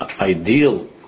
ideal